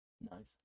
Nice